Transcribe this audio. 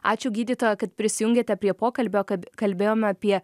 ačiū gydytoja kad prisijungėte prie pokalbio kab kalbėjom apie